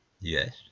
yes